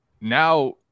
now